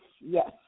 yes